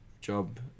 job